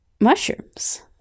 mushrooms